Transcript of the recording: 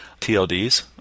TLDs